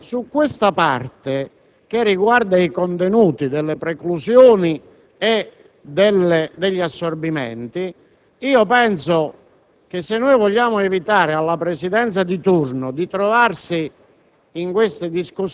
signor Presidente, sulla questione riguardante i contenuti delle preclusioni e degli assorbimenti io penso che, se vogliamo evitare alla Presidenza di turno di trovarsi